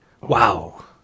Wow